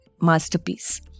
masterpiece